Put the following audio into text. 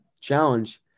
challenge